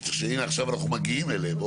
שהנה עכשיו אנחנו מגיעים אליהם,